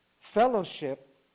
Fellowship